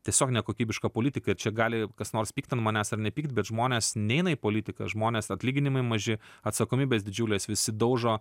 tiesiog nekokybišką politiką ir čia gali kas nors pykt ant manęs ar nepykt bet žmonės neina į politiką žmonės atlyginimai maži atsakomybės didžiulės visi daužo